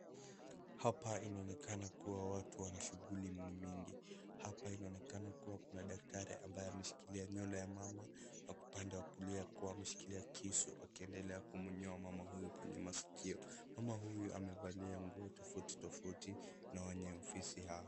Hapa inaonekana kuwa watu wana shughuli mingi mingi. Hapa inaonekana kuwa kuna daktari ambaye ameshikilia nywele ya mama huku upande wa kulia kuwa ameshikilia kisu akiendelea kumnyoa mama huyu kwenye masikio. Mama huyu amevalia nguo tofauti tofauti na wenye ofisi hawa.